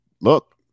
look